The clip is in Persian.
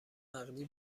نقدی